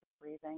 breathing